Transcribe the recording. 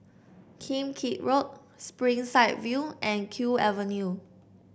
Kim Keat Road Springside View and Kew Avenue